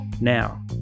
Now